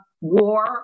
war